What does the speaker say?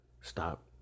stop